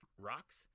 Rocks